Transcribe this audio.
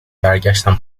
برگشتم